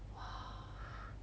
!wah!